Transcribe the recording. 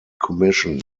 commission